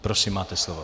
Prosím, máte slovo.